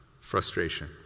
frustration